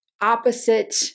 opposite